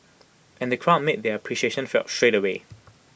and the crowd made their appreciation felt straight away